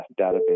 database